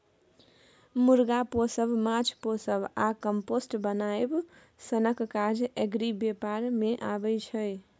मुर्गा पोसब, माछ पोसब आ कंपोस्ट बनाएब सनक काज एग्री बेपार मे अबै छै